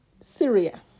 Syria